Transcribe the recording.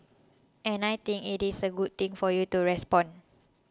and I think it is a good thing for you to respond